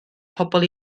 pobl